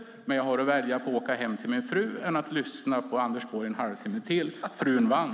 Men jag har att välja på att åka hem till min fru och att lyssna på Anders Borg en halvtimme till. Frun vann.